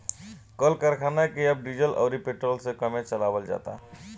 कल करखना के अब डीजल अउरी पेट्रोल से कमे चलावल जाता